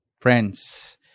friends